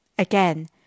Again